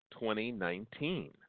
2019